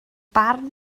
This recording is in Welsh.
barn